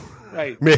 Right